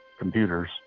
computers